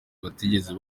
batigeze